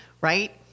right